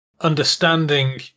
understanding